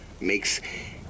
makes